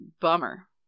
Bummer